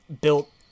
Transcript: built